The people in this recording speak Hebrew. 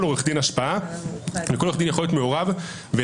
עורך דין השפעה וכל עורך דין יכול להיות מעורב ולהשפיע